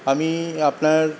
আমি আপনার